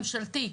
ממשלתי.